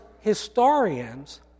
historians